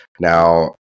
Now